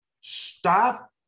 stop